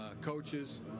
coaches